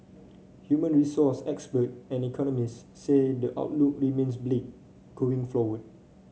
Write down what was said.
human resource expert and economist say the outlook remains bleak going